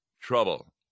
trouble